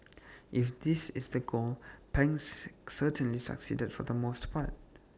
if this is the goal Pang's certainly succeeded for the most part